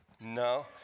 No